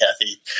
Kathy